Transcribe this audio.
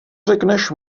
řekneš